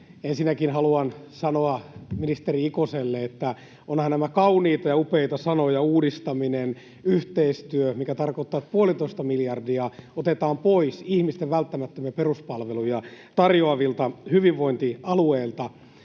Ensinnäkin haluan sanoa ministeri Ikoselle, että ovathan nämä kauniita ja upeita sanoja, ”uudistaminen” ja ”yhteistyö”, mikä tarkoittaa, että puolitoista miljardia otetaan pois ihmisten välttämättömiä peruspalveluja tarjoavilta hyvinvointialueilta.